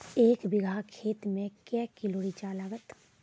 एक बीघा खेत मे के किलो रिचा लागत?